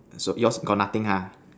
so yours got nothing ha